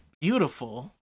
beautiful